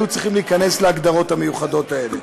היו צריכים להיכנס להגדרות המיוחדות האלה.